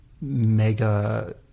mega